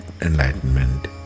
enlightenment